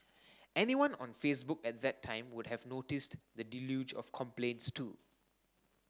anyone on Facebook at that time would have noticed the deluge of complaints too